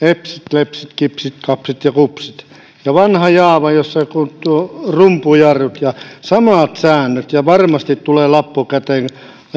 epsit lepsit kipsit kapsit ja kupsit ja vanha jawa jossa ei ole kuin rumpujarrut samat säännöt ja varmasti tulee lappu käteen